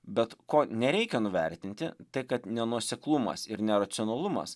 bet ko nereikia nuvertinti tai kad nenuoseklumas ir neracionalumas